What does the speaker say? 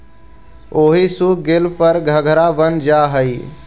ओहि सूख गेला पर घंघरा बन जा हई